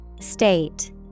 State